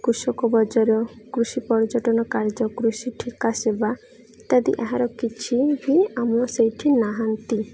କୃଷକ ବଜାର କୃଷି ପର୍ଯ୍ୟଟନ କାର୍ଯ୍ୟ କୃଷି ଠିକା ସେବା ଇତ୍ୟାଦି ଏହାର କିଛି ବି ଆମ ସେଇଠି ନାହାନ୍ତି